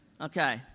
Okay